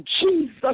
Jesus